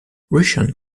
russians